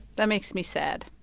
that makes me sad